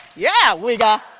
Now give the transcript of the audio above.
yeah! we've got